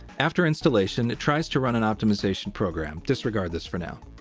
after installation, it tries to run an optimization program disregard this for now.